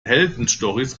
heldenstorys